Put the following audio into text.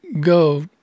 go